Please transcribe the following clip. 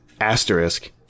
asterisk